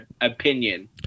opinion